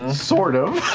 sort of.